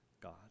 God